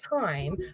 time